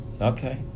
Okay